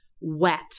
wet